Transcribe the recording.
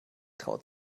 traut